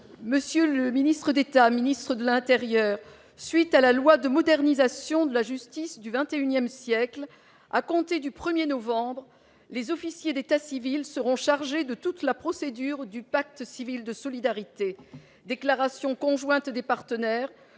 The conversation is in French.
Monsieur le ministre d'État, ministre de l'Intérieur, suite à la loi de modernisation de la justice du XXIe siècle, à compter du 1er novembre les officiers d'état civil seront chargés de toute la procédure du pacte civil de solidarité déclaration conjointe des partenaires